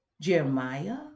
Jeremiah